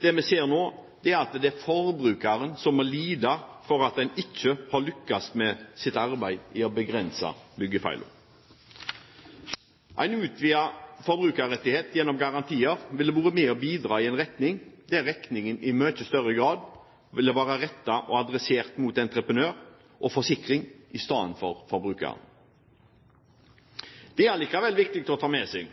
det vi ser nå, er at det er forbrukeren som må lide for at en ikke har lyktes i arbeidet med å begrense byggefeil. En utvidet forbrukerrettighet gjennom garantier ville vært med og bidratt i en retning der regningen i mye større grad ville vært rettet og adressert mot entreprenører og forsikring i stedet for mot forbrukeren. Det er likevel viktig å ta med seg